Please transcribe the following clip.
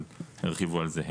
אבל הם ירחיבו על זה.